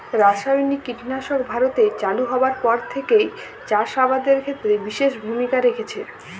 রাসায়নিক কীটনাশক ভারতে চালু হওয়ার পর থেকেই চাষ আবাদের ক্ষেত্রে বিশেষ ভূমিকা রেখেছে